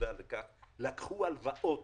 לקחו הלוואות